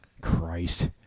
Christ